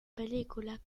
película